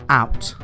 out